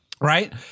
Right